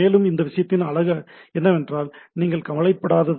மேலும் இந்த விஷயத்தின் அழகு என்னவென்றால் நீங்கள் கவலைப்படாதது